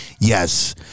yes